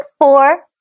four